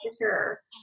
sure